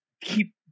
keep